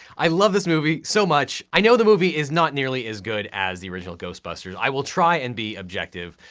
i love this movie so much. i know the movie is not nearly as good as the original ghostbusters. i will try and be objective.